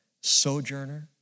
Sojourner